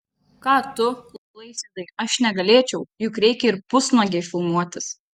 ką tu laisvydai aš negalėčiau juk reikia ir pusnuogei filmuotis